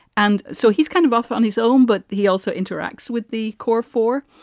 and so he's kind of off on his own. but he also interacts with the core four.